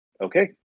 Okay